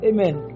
Amen